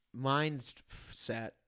mindset